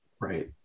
Right